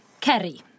Kerry